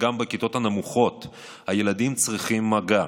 בכיתות הנמוכות הילדים צריכים מגע.